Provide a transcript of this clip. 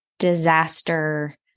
disaster